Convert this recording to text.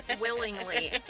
willingly